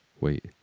Wait